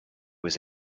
was